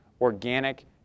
organic